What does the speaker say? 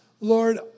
Lord